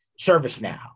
ServiceNow